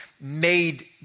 made